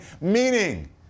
meaning